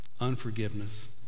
unforgiveness